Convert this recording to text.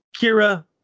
Kira